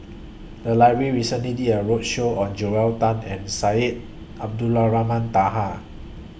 The Library recently did A roadshow on Joel Tan and Syed Abdulrahman Taha